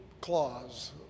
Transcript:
clause